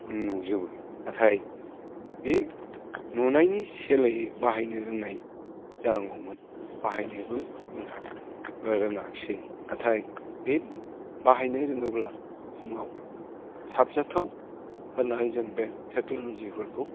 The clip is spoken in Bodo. नुजोबो नाथाय बे नुनायनि सोलायै बाहायनो रोंनाय जानांगौमोन बाहायनोबो जोंहा रोङाखिसै नाथाय बे बाहायनो रोङोब्ला बुहुमाव साबजाथाव होननानै जों बे टेकन'लजिफोरखौ